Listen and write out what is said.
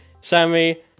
Sammy